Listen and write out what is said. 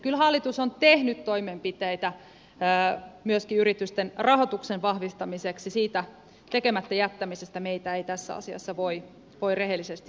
kyllä hallitus on tehnyt toimenpiteitä myöskin yritysten rahoituksen vahvistamiseksi siitä tekemättä jättämisestä meitä ei tässä asiassa voi rehellisesti syyttää